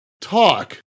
talk